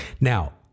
Now